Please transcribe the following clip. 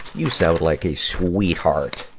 you sound like a sweetheart!